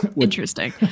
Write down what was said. interesting